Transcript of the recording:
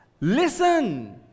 Listen